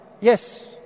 Yes